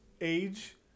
age